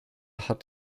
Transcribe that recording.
hat